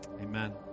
amen